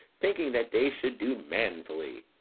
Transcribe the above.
thinking that they should do manfully.